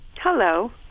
Hello